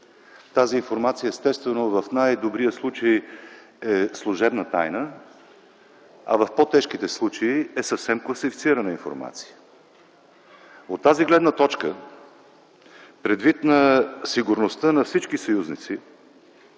Тази информация естествено в най-добрия случай е служебна тайна, а в по-тежките случаи е съвсем класифицирана информация. От тази гледна точка, предвид сигурността на всички съюзници,